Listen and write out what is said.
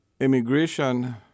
Immigration